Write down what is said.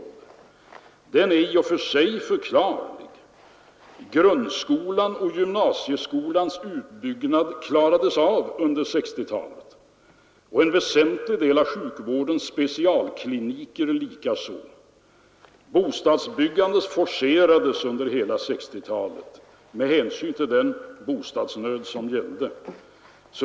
Det är i och för sig förklarligt. Grundskolans och gymnasieskolans utbyggnad klarades av under 1960-talet, en väsentlig del av sjukvårdens specialkliniker likaså. Bostadsbyggandet forcerades under hela 1960-talet med hänsyn till den bostadsnöd som fanns.